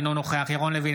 אינו נוכח ירון לוי,